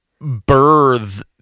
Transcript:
birth